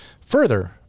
Further